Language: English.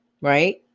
right